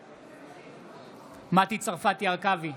בעד מטי צרפתי הרכבי,